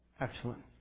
Excellent